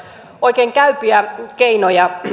oikein käypiä keinoja